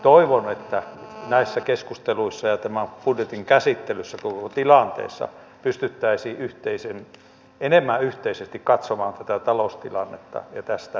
toivon että näissä keskusteluissa ja tämän budjetin käsittelyssä koko tilanteessa pystyttäisiin enemmän yhteisesti katsomaan tätä taloustilannetta ja tästä selviytymisen keinoja